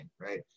Right